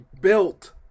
built